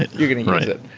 you're going to